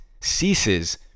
ceases